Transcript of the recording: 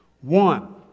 One